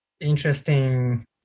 interesting